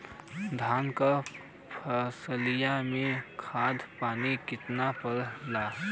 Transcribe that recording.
धान क फसलिया मे खाद पानी कितना पड़े ला?